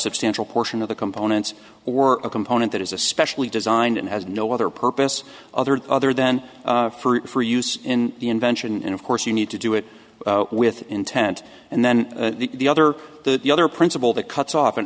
substantial portion of the components or a component that is a specially designed and has no other purpose other than other than for use in the invention and of course you need to do it with intent and then the other the the other principle that cuts off and